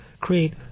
create